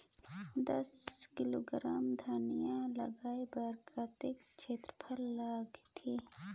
दस किलोग्राम धनिया लगाय बर कतेक क्षेत्रफल लगथे?